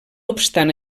obstant